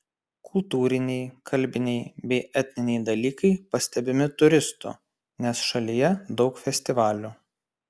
kultūriniai kalbiniai bei etniniai dalykai pastebimi turistų nes šalyje daug festivalių